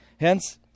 Hence